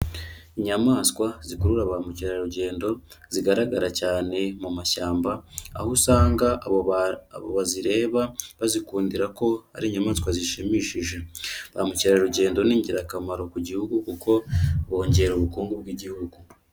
Inyamaswa zikurura ba mukerarugendo zigaragara cyane mu mashyamba, aho usanga abo bazireba bazikundira ko ari inyamaswa zishimishije ba mukerarugendo ni ingirakamaro ku gihugu kuko bongera ubukungu bw'igihugu.